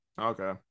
Okay